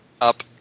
Up